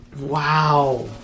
Wow